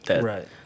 Right